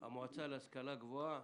המועצה להשכלה גבוהה.